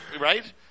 right